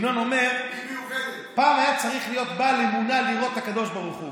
ינון אומר: פעם היה צריך להיות בעל אמונה לראות את הקדוש ברוך הוא.